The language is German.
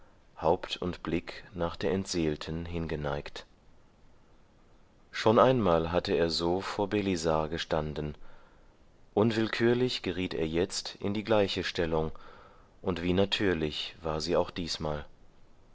haupt und blick nach der entseelten hingeneigt schon einmal hatte er so vor belisar gestanden unwillkürlich geriet er jetzt in die gleiche stellung und wie natürlich war sie auch diesmal